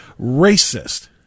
racist